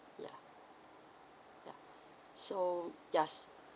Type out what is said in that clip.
yeah yeah so yes